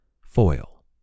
foil